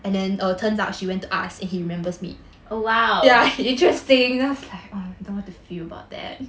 oh !wow!